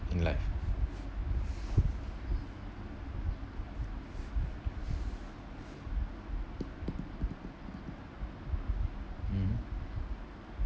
in life mmhmm